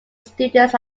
students